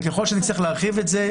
ככל שנצטרך להרחיב את זה,